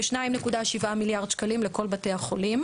כ-2.7 מיליארד שקלים לכל בתי החולים.